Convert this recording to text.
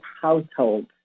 Household